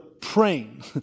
praying